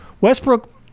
Westbrook